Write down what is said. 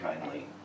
kindly